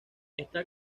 está